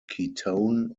ketone